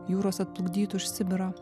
jūros atplukdytų iš sibiro